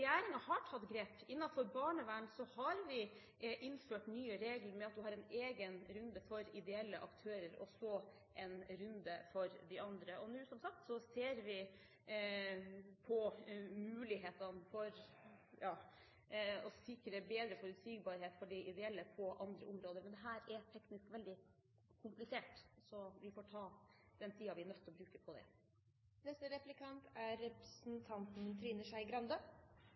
Regjeringen har tatt grep, innenfor barnevern har vi innført nye regler, med en egen runde for ideelle aktører og så en runde for de andre. Og nå, som sagt, ser vi på mulighetene for å sikre bedre forutsigbarhet for de ideelle på andre områder. Men dette er teknisk veldig komplisert, så vi får ta den tiden vi er nødt til å bruke på det. Først må jeg nok si at kunnskapen må oppdateres litt, for alle de ideelle har nå avtaler i Oslo, det er